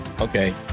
Okay